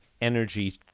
energy